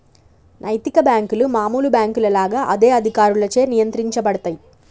నైతిక బ్యేంకులు మామూలు బ్యేంకుల లాగా అదే అధికారులచే నియంత్రించబడతయ్